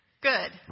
good